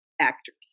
actors